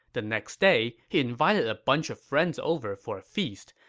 the next day, he invited a bunch of friends over for a feast,